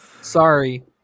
Sorry